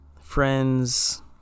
friends